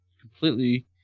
completely